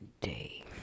day